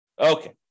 Okay